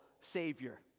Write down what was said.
savior